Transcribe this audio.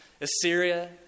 Assyria